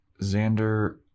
Xander